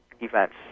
events